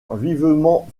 vivement